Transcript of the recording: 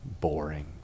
boring